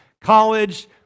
college